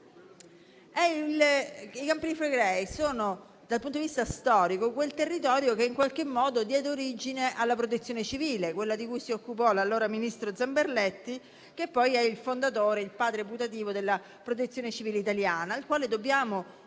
I Campi Flegrei sono, dal punto di vista storico, quel territorio che, in qualche modo, diede origine alla Protezione civile, quella di cui si occupò l'allora ministro Zamberletti, che poi è il fondatore, il padre putativo, della Protezione civile italiana. A lui dobbiamo